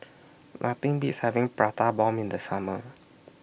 Nothing Beats having Prata Bomb in The Summer